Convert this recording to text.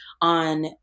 on